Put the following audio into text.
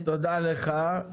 תודה לך.